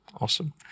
Awesome